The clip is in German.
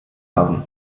haben